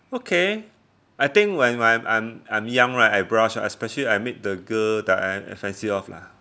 okay I think when I'm I'm I'm young right I blush especially I meet the girl that I I fancy of lah